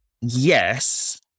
yes